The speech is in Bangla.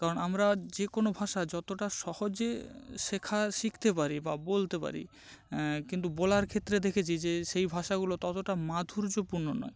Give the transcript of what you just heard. কারণ আমরা যে কোনো ভাষা যতটা সহজে শেখা শিখতে পারি বা বলতে পারি কিন্তু বলার ক্ষেত্রে দেখেছি যে সেই ভাষাগুলো ততটা মাধুর্যপূর্ণ নয়